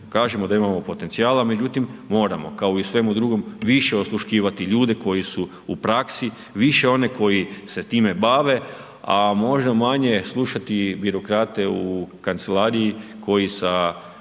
kažemo da imamo potencijala međutim, moramo kao u svemu drugom, više osluškivati ljude koji su u praksi, više oni koje se time bave a možda manje slušati birokrate u kancelariji koji sa